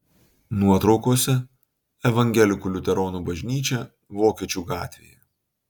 nuotraukose evangelikų liuteronų bažnyčia vokiečių gatvėje